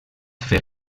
fer